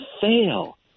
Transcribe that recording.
fail